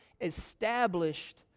established